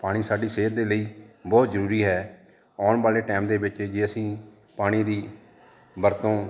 ਪਾਣੀ ਸਾਡੀ ਸਿਹਤ ਦੇ ਲਈ ਬਹੁਤ ਜਰੂਰੀ ਹੈ ਆਉਣ ਵਾਲੇ ਟਾਈਮ ਦੇ ਵਿੱਚ ਜੇ ਅਸੀਂ ਪਾਣੀ ਦੀ ਵਰਤੋਂ